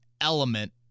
element